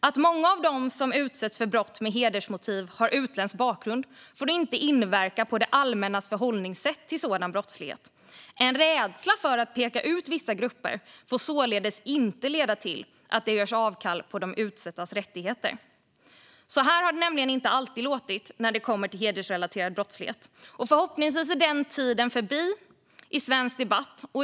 Att många av dem som utsätts för brott med hedersmotiv har utländsk bakgrund får inte inverka på det allmännas förhållningssätt till sådan brottslighet. En rädsla för att peka ut vissa grupper får således inte leda till att det görs avkall på de utsattas rättigheter." Så här har det inte alltid låtit när det gällt hedersrelaterad brottslighet. Förhoppningsvis är den tiden förbi i svensk debatt.